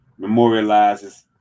Memorializes